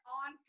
on